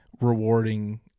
rewarding